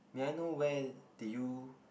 may I know where did you